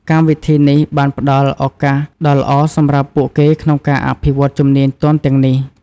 កម្មវិធីនេះ បានផ្ដល់ឱកាសដ៏ល្អសម្រាប់ពួកគេក្នុងការអភិវឌ្ឍន៍ជំនាញទន់ទាំងនេះ។